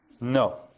No